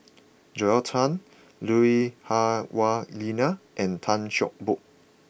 Joel Tan Lui Hah Wah Elena and Tan Cheng Bock